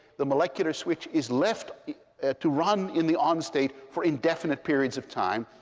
the molecular switch is left to run in the on state for indefinite periods of time,